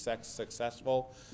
successful